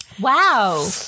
Wow